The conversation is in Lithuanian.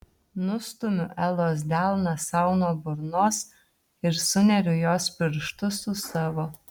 nustumiu elos delną sau nuo burnos ir suneriu jos pirštus su savo